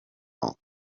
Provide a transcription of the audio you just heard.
all